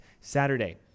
Saturday